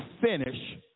finish